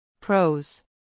Pros